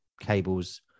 cables